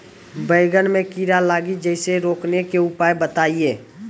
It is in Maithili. बैंगन मे कीड़ा लागि जैसे रोकने के उपाय बताइए?